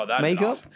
makeup